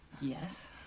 Yes